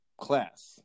class